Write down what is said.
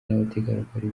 n’abategarugori